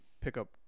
pickup